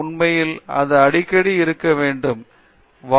எனவே உண்மையில் அது அடிக்கடி இருக்க முடியும்